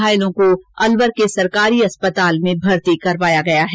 घायलों को अलवर के सरकारी अस्पताल में भर्ती कराया गया है